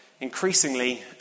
increasingly